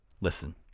listen